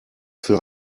für